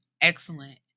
excellent